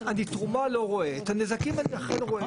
תרומה אני לא רואה, את הנזקים אני אכן רואה.